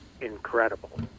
incredible